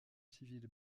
civile